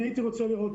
אני הייתי רוצה לראות,